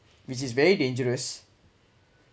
which is very dangerous